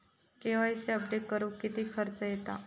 KYC update करुक किती खर्च येता?